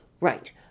right